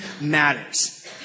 matters